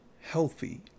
healthy